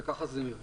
וכך זה נראה.